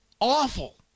Awful